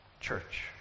church